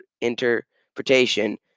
interpretation